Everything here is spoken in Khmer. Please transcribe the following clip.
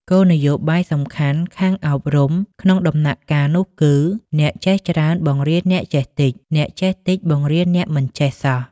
គោលនយោបាយសំខាន់ខាងអប់រំក្នុងដំណាក់កាលនោះគឺ "អ្នកចេះច្រើនបង្រៀនអ្នកចេះតិច អ្នកចេះតិចបង្រៀនអ្នកមិនចេះសោះ"។